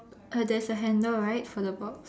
uh there's a handle right for the box